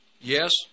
Yes